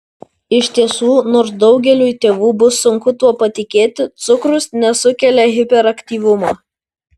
iš tiesų nors daugeliui tėvų bus sunku tuo patikėti cukrus nesukelia hiperaktyvumo